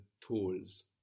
tools